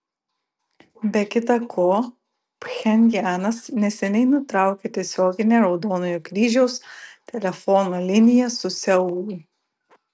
be kita ko pchenjanas neseniai nutraukė tiesioginę raudonojo kryžiaus telefono liniją su seulu